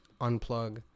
unplug